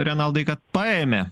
renaldai kad paėmė